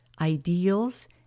ideals